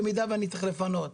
במידה ואני צריך לפנות ולצערי,